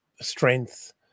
strength